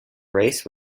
race